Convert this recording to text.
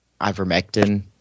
ivermectin